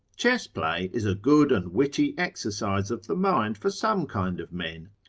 chess-play is a good and witty exercise of the mind for some kind of men,